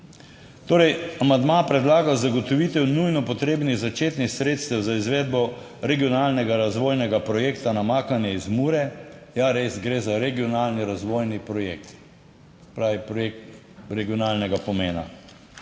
Torej amandma predlaga zagotovitev nujno potrebnih začetnih sredstev za izvedbo regionalnega razvojnega projekta Namakanje iz Mure. Ja, res gre za regionalni razvojni projekt, se pravi projekt regionalnega pomena.